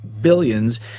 billions